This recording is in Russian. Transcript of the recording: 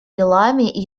делами